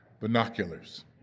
binoculars